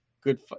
good